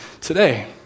today